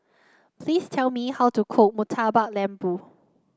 please tell me how to cook Murtabak Lembu